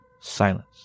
Silence